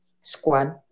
squad